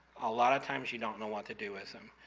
a lot of times you don't know what to do with them.